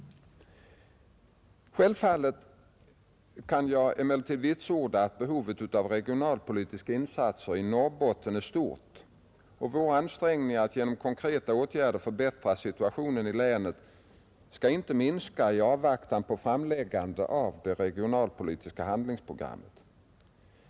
Självklart kan jag emellertid vitsorda att behovet av regionalpolitiska insatser i Norrbotten är stort, och våra ansträngningar att genom konkreta åtgärder förbättra situationen i länet skall inte minskas i avvaktan på framläggandet av det regionalpolitiska handlingsprogrammet.